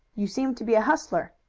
you seem to be a hustler.